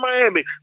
Miami